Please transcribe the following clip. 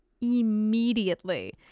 immediately